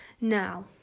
Now